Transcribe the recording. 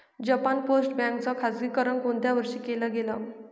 Japan post bank च खाजगीकरण कोणत्या वर्षी केलं गेलं?